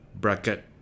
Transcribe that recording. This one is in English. bracket